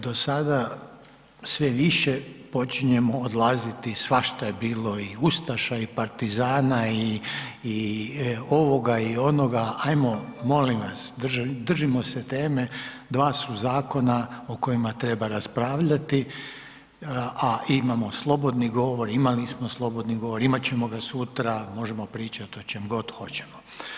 Do sada sve više počinjemo odlaziti, svašta je bilo i ustaša i partizana i ovoga i onoga, ajmo molim vas držimo se teme, dva su zakon o kojima treba raspravljati, a imamo slobodni govor, imali smo slobodni govori, imat ćemo ga sutra, možemo pričati o čemu god hoćemo.